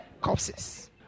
Corpses